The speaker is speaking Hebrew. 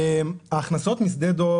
ההכנסות משדה דב